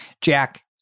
Jack